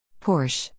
Porsche